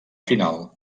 final